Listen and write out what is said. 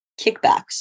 kickbacks